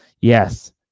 Yes